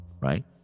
Right